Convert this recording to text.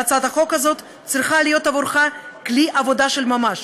והצעת החוק הזאת צריכה להיות עבורך כלי עבודה של ממש.